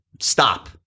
Stop